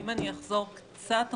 אם אני אחזור קצת אחורה,